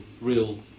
real